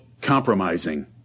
compromising